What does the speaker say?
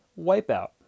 Wipeout